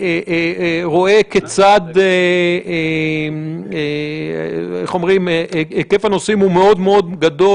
אני רואה שהיקף הנושאים הוא מאוד מאוד גדול.